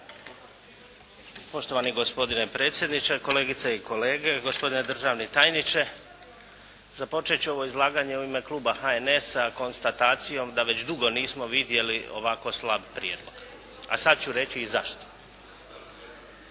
Poštovani gospodine predsjedniče, kolegice i kolege, gospodine državni tajniče. Započeti ću ovo izlaganje u ime kluba HNS-a konstatacijom da već dugo nismo vidjeli ovako slab prijedlog. A sad ću reći i zašto.